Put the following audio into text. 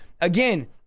Again